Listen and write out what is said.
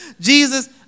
Jesus